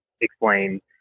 explain